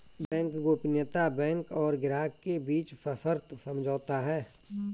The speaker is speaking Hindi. बैंक गोपनीयता बैंक और ग्राहक के बीच सशर्त समझौता है